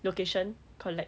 location collect